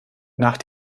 nach